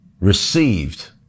received